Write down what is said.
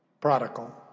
Prodigal